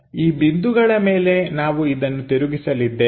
ಈ ಬಿಂದುಗಳ ಮೇಲೆ ನಾವು ಇದನ್ನು ತಿರುಗಿಸಲಿದ್ದೇವೆ